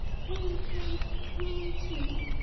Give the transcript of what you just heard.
feed me, feed me,